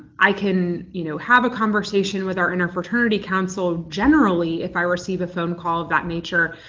i can, you know, have a conversation with our interfraternity council generally if i receive a phone call of that nature,